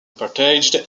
packaged